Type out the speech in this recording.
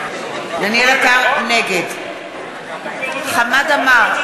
נגד חמד עמאר,